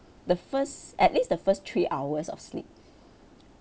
the first at least the first three hours of sleep